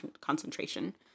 concentration